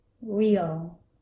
real